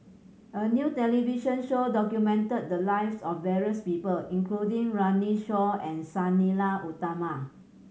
a new television show documented the lives of various people including Runme Shaw and Sang Nila Utama